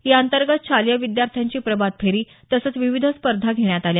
याअंतर्गत शालेय विद्यार्थ्यांची प्रभात फेरी तसंच विविध स्पर्धा घेण्यात आल्या